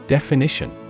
Definition